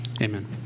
Amen